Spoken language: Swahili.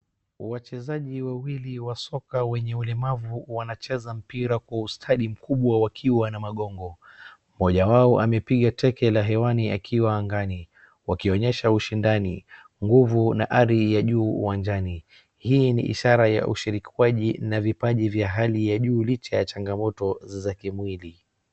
Wachezaji wawili wa soka wenye ulemavu wanacheza mpira kwa ustadi mkubwa wakiwa na magongo. Mmoja wao amepiga teke la hewani akiwa angani. Wakionyesha ushindani, nguvu na hadhi ya juu uwanjani. Hii ni ishara ya ushirikaji na vipaji vya hali ya juu licha ya changamoto za kimwili.